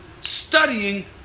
studying